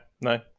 no